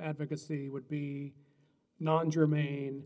advocacy would be not germane